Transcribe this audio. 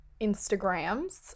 Instagrams